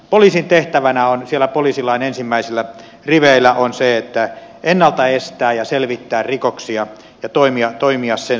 poliisin tehtävänä on se on siellä poliisilain ensimmäisillä riveillä ennalta estää ja selvittää rikoksia ja toimia sen suuntaisesti